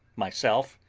myself,